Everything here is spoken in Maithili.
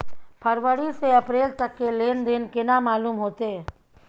फरवरी से अप्रैल तक के लेन देन केना मालूम होते?